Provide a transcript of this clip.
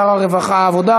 שר העבודה,